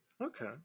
Okay